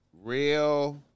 Real